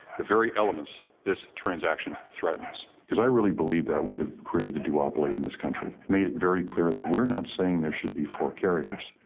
the very elements this transaction threatens. cause i really believe that would have created a duopoly in this country. made it very clear that we are not saying there should be four carriers,